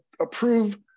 approve